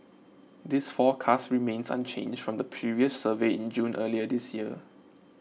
this forecast remains unchanged from the previous survey in June earlier this year